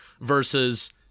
versus